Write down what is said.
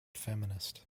feminist